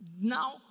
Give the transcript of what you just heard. Now